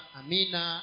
amina